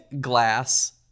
glass